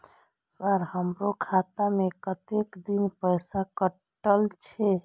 Sir हमारो खाता में कतेक दिन पैसा कटल छे?